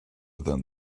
than